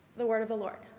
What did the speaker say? the word of the lord.